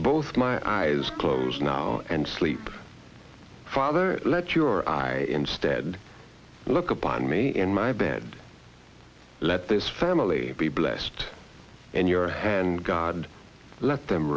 both my eyes close now and sleep father let your instead look upon me in my bed let this family be blessed and your god let them